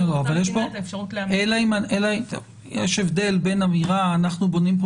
לאותה מדינה את האפשרות ל --- יש הבדל בין אמירה שאנחנו בונים פה